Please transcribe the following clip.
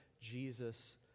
Jesus